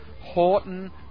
Horton